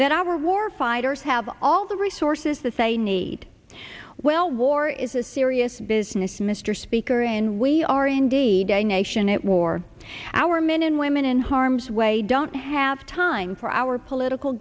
that our war fighters have all the resources the say need well war is a serious business mr speaker and we are indeed a nation at war our men and women in harm's way don't have time for our political